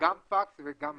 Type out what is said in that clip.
כמה